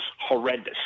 horrendous